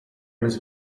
was